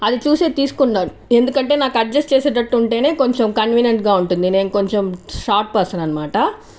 అది చూసే తీసుకున్నాను ఎందుకంటే నాకు అడ్జస్ట్ చేసేటట్టు ఉంటేనే కొంచెం కన్వీనెంట్ గా ఉంటుంది నేను కొంచెం షార్ట్ పర్సన్ అనమాట